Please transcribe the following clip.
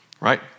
right